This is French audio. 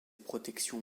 protections